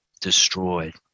destroyed